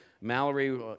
Mallory